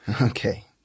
Okay